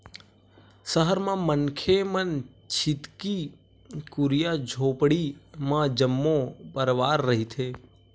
सहर म मनखे मन छितकी कुरिया झोपड़ी म जम्मो परवार रहिथे